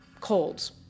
colds